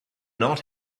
not